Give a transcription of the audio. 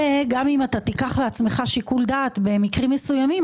גם אם אתה תיקח לעצמך שיקול דעת במקרים מסוימים,